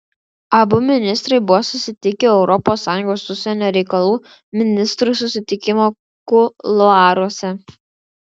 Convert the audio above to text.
abu ministrai buvo susitikę europos sąjungos užsienio reikalų ministrų susitikimo kuluaruose